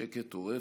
שקט הוא רפש.